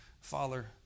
Father